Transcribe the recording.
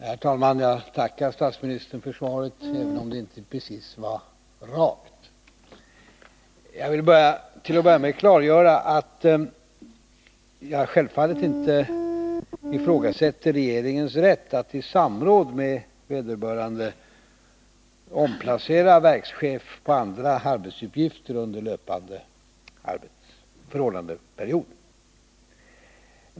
Herr talman! Jag tackar statsministern för svaret, även om det inte precis var rakt. Jag vill till att börja med klargöra att jag självfallet inte ifrågasätter regeringens rätt att i samråd med vederbörande omplacera verkschef på andra arbetsuppgifter under löpande förordnandeperiod.